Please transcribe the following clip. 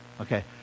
Okay